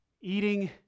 eating